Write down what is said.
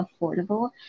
affordable